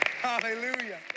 Hallelujah